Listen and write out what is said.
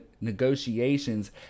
negotiations